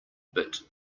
bit